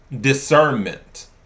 Discernment